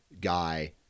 guy